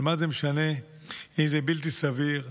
אבל מה זה משנה אם זה בלתי סביר?